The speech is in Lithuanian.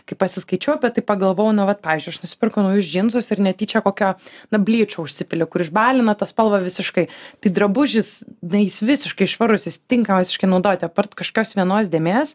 kai pasiskaičiau apie tai pagalvojau na vat pavyzdžiui aš nusipirkau naujus džinsus ir netyčia kokio na blyčo užsipili kur išbalina tą spalvą visiškai tai drabužis na jis visiškai švarus jis tinka visiškai naudoti apart kažkokios vienos dėmės